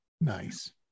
Nice